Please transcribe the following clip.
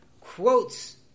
quotes